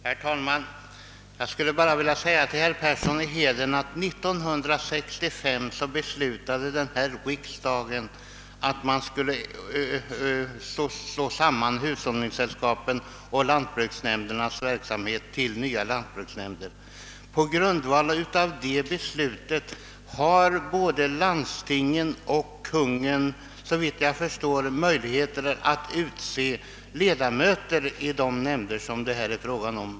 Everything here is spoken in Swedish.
Herr talman! Jag skulle endast vilja påminna, herr Persson i Heden, om att riksdagen 1965 beslöt att man skulle slå samman :hushållningssällskapens och lantbruksnämndernas verksamhet i nya lantbruksnämnder. På grundval av detta beslut har både landstingen och Kungl. Maj:t såvitt jag förstår möjlighet att utse ledamöter i de nämnder det här är fråga om.